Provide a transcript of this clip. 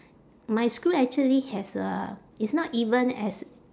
my screw actually has a it's not even as